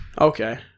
okay